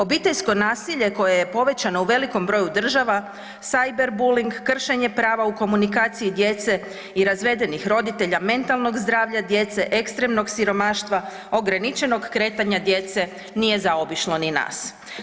Obiteljsko nasilje koje je povećano u velikom broju država, cyberbullying, kršenje prava u komunikaciji djece i razvedenih roditelja, mentalnog zdravlja djece, ekstremnog siromaštva, ograničenog kretanja djece, nije zaobišlo ni nas.